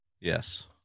Yes